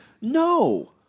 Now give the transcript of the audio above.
No